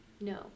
No